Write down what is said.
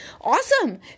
awesome